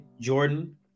Jordan